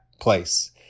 place